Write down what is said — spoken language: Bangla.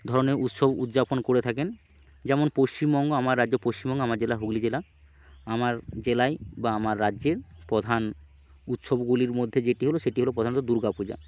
ধরনের উৎসব উদযাপন করে থাকেন যেমন পশ্চিমবঙ্গ আমার রাজ্য পশ্চিমবঙ্গ আমার জেলা হুগলি জেলা আমার জেলায় বা আমার রাজ্যের প্রধান উৎসবগুলির মধ্যে যেটি হলো সেটি হলো প্রধানত দুর্গা পূজা